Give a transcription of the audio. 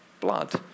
blood